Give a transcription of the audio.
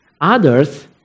Others